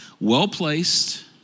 well-placed